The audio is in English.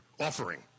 offering